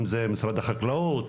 אם זה משרד החקלאות,